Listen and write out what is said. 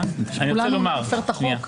כולנו נפר את החוק?